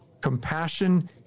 compassion